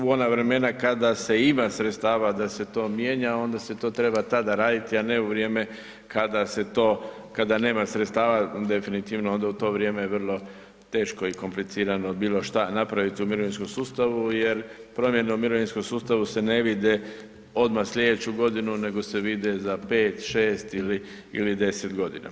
U ona vremena kada se ima sredstava da se to mijenja onda se to treba tada raditi, a ne u vrijeme kada nema sredstava definitivno onda je u to vrijeme vrlo teško i komplicirano bilo šta napraviti u mirovinskom sustavu jer promjene u mirovinskom sustavu se ne vide odmah sljedeću godinu nego se vide za 5, 6 ili 10 godina.